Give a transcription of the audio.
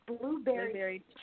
Blueberry